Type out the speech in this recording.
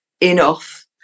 enough